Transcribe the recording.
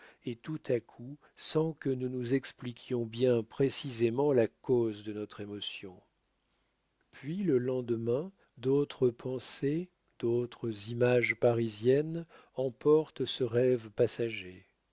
et tout à coup sans que nous nous expliquions bien précisément la cause de notre émotion puis le lendemain d'autres pensées d'autres images parisiennes emportent ce rêve passager